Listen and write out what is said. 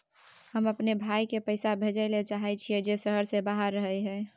हम अपन भाई के पैसा भेजय ले चाहय छियै जे शहर से बाहर रहय हय